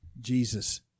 Jesus